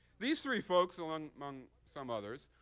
these three folks, among among some others,